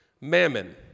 mammon